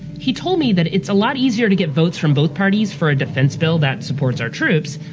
he told me that it's a lot easier to get votes from both parties for a defense bill that supports our troops,